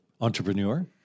entrepreneur